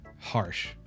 harsh